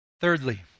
Thirdly